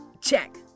check